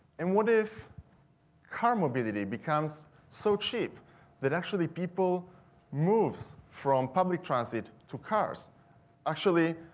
and what if car mobility becomes so cheap that actually people moves from public transit to cars actually